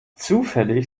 zufällig